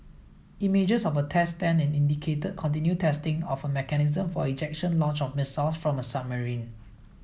images of a test stand indicated continued testing of a mechanism for ejection launch of missiles from a submarine